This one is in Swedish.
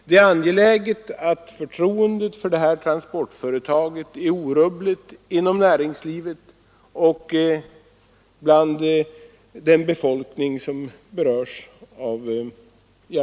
Det är angeläget att förtroendet för det här transportföretaget är orubbligt inom näringslivet och bland den befolkning som berörs.